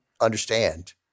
understand